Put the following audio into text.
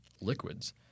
liquids